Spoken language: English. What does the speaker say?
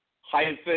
hyphen